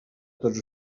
tots